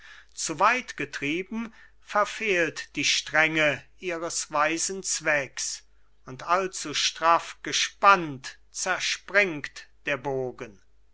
zu weit getrieben verfehlt die strenge ihres weisen zwecks und allzu straff gespannt zerspringt der bogen